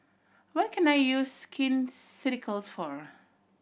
what can I use Skin Ceuticals for